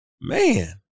Man